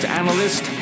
analyst